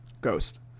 ghost